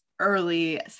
early